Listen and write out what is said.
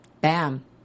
bam